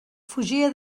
fugia